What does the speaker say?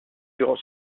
durant